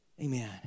Amen